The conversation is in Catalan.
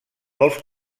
molts